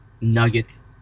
Nuggets